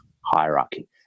hierarchy